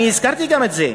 הזכרתי גם את זה,